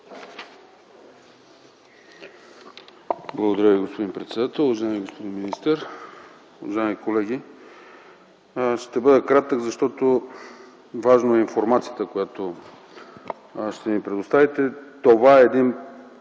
Благодаря Ви, господин председател. Уважаеми господин министър, уважаеми колеги! Ще бъда кратък, защото е важна информацията, която ще ни предоставите. Това е